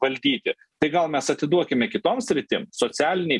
valdyti tai gal mes atiduokime kitom sritim socialinei